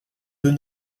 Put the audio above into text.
deux